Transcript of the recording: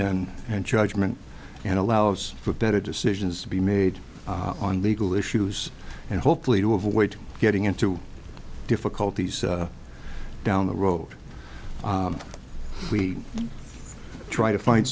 and and judgment and allows for better decisions to be made on legal issues and hopefully to avoid getting into difficulties down the road we try to find